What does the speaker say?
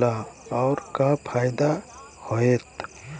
ला और का फायदा होएत?